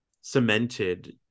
cemented